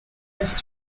first